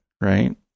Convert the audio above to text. right